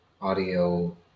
audio